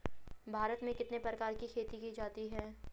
भारत में कितने प्रकार की खेती की जाती हैं?